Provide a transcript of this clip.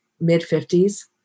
mid-50s